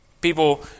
People